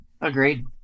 Agreed